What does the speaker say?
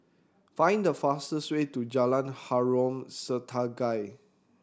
find the fastest way to Jalan Harom Setangkai